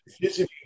visiting